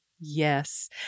yes